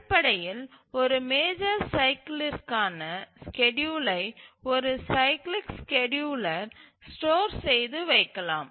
அடிப்படையில் ஒரு மேஜர் சைக்கிலிற்க்கான ஸ்கேட்யூலை ஒரு சைக்கிளிக் ஸ்கேட்யூலர் ஸ்டோர் செய்து வைக்கலாம்